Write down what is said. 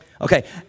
Okay